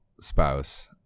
spouse